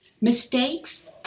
Mistakes